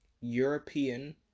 European